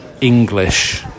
English